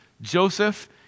Joseph